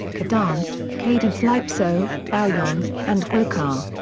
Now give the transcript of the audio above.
kadans, cadence-lypso, bouyon, and gwo ka.